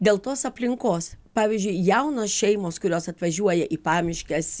dėl tos aplinkos pavyzdžiui jaunos šeimos kurios atvažiuoja į pamiškes